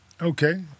Okay